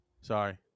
Sorry